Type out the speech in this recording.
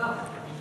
היושב-ראש,